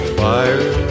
fire